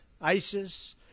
ISIS